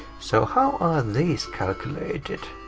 so how are these calculated?